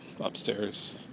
upstairs